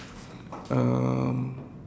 um